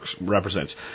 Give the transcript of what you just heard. represents